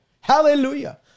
Hallelujah